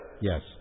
Yes